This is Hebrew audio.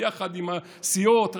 ביחד עם הסיעות האחרות,